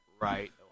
right